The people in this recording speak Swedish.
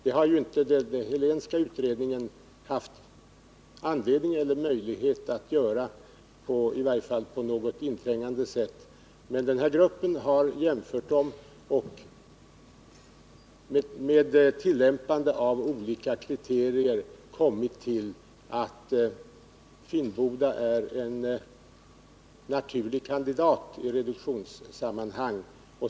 Det har inte den Helénska utredningen haft anledning eller möjlighet att göra, i varje fall inte på något inträngande sätt. Men analysgruppen har jämfört varven, och med tillämpande av olika kriterier kommit fram till att Finnboda varv är en naturlig kandidat i reduktionssammanhang.